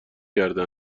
کرده